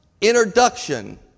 introduction